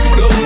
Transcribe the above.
go